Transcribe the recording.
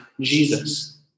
Jesus